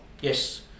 Yes